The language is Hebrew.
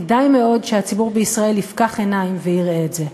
כדאי מאוד שהציבור בישראל יפקח עיניים ויראה את זה.